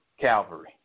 Calvary